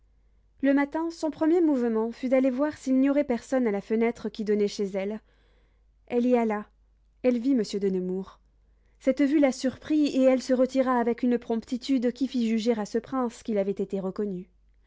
le matin son premier mouvement fut d'aller voir s'il n'y aurait personne à la fenêtre qui donnait chez elle elle y alla elle y vit monsieur de nemours cette vue la surprit et elle se retira avec une promptitude qui fit juger à ce prince qu'il avait été reconnu